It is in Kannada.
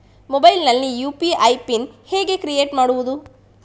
ಮೊಬೈಲ್ ನಲ್ಲಿ ಯು.ಪಿ.ಐ ಪಿನ್ ಹೇಗೆ ಕ್ರಿಯೇಟ್ ಮಾಡುವುದು?